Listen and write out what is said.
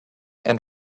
and